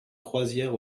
croisière